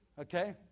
Okay